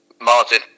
Martin